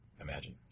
imagine